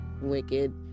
Wicked